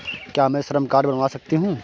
क्या मैं श्रम कार्ड बनवा सकती हूँ?